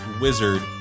wizard